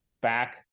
back